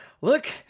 Look